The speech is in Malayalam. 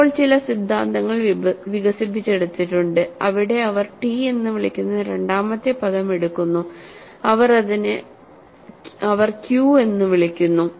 ഇപ്പോൾ ചില സിദ്ധാന്തങ്ങൾ വികസിപ്പിച്ചെടുത്തിട്ടുണ്ട് അവിടെ അവർ ടി എന്ന് വിളിക്കുന്ന രണ്ടാമത്തെ പദം എടുക്കുന്നു അതിനെ അവർ ക്യൂ എന്ന് വിളിക്കുന്നു